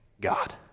God